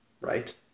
right